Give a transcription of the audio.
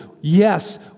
yes